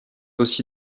aussi